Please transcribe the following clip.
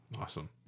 Awesome